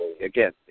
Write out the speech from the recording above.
again